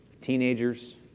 teenagers